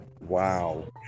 Wow